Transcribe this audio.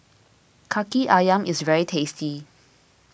Kaki Ayam is very tasty